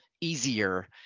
easier